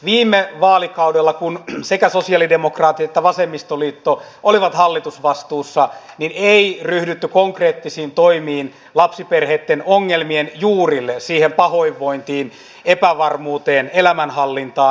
viime vaalikaudella kun sekä sosialidemokraatit että vasemmistoliitto olivat hallitusvastuussa ei ryhdytty konkreettisiin toimiin lapsiperheitten ongelmien juurille siihen pahoinvointiin epävarmuuteen elämänhallintaan